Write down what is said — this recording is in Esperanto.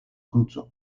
kruco